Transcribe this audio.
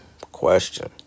question